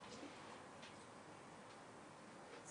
לא